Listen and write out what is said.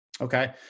okay